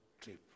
trip